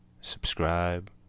subscribe